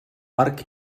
arc